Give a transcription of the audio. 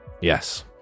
Yes